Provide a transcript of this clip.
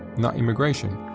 not immigration,